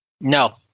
No